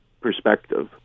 perspective